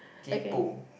keyboard